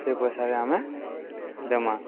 ସେଇ ପଏସାରେ ଆମେ ଦେମା